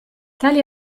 tali